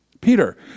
Peter